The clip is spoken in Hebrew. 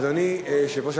אדוני, יושב-ראש